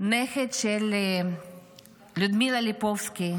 הנכד של לודמילה ליפובסקי,